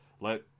let